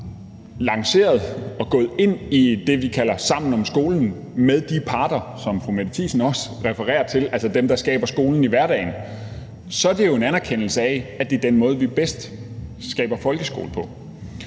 i det initiativ, vi kalder »Sammen om skolen«, med de parter, som fru Mette Thiesen også refererer til, altså dem, der skaber skolen i hverdagen, så er det jo en anerkendelse af, at det er den måde, vi bedst skaber folkeskole på.